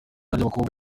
ry’abakobwa